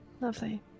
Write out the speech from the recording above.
Lovely